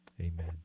amen